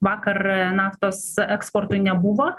vakar naftos eksportui nebuvo